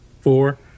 four